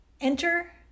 Enter